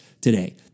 today